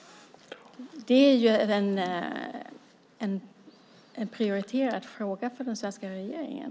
Det är en prioriterad fråga för den svenska regeringen.